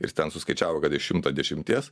ir ten suskaičiavo kad iš šimto dešimties